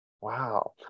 Wow